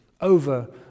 over